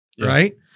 right